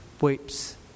weeps